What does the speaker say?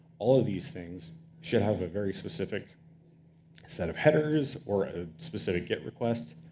all of these things should have a very specific set of headers or a specific get request.